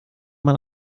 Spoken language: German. man